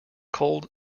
cold